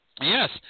Yes